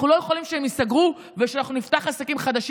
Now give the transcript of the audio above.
אנחנו לא יכולים שהם ייסגרו ושאנחנו נפתח עסקים חדשים.